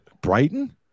Brighton